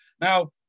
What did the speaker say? Now